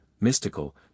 mystical